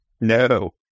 no